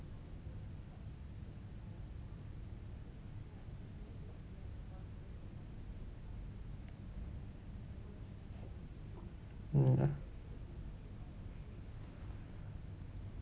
mm ya